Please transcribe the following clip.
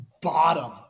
bottom